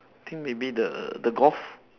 think maybe the the golf